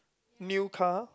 new car